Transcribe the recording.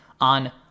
on